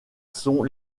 sont